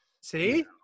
See